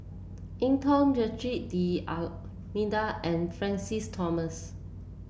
Eng Tow Joaquim D'Almeida and Francis Thomas